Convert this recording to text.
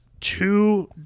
two